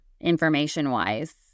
information-wise